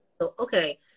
Okay